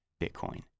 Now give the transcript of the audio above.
Bitcoin